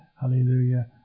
hallelujah